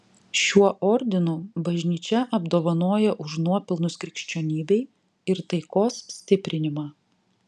šiuo ordinu bažnyčia apdovanoja už nuopelnus krikščionybei ir taikos stiprinimą